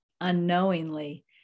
unknowingly